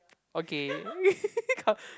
okay